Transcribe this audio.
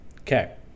Okay